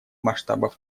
масштабов